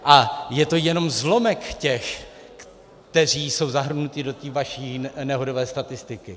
A je to jenom zlomek těch, kteří jsou zahrnuti do té vaší nehodové statistiky.